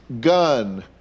gun